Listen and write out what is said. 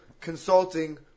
consulting